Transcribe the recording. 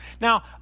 Now